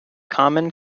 common